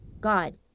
God